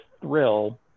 thrill